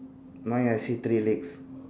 my I see three legs